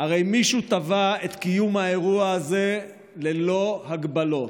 הרי מישהו תבע את קיום האירוע הזה ללא הגבלות.